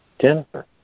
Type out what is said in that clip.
Jennifer